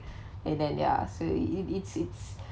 and then ya so it it's it's